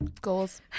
Goals